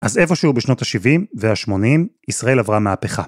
אז איפשהו בשנות ה-70 וה-80 ישראל עברה מהפכה.